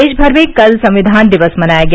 देशभर में कल संविधान दिवस मनाया गया